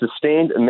sustained